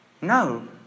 no